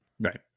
right